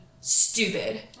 stupid